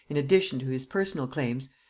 in addition to his personal claims,